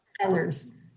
colors